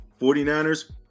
49ers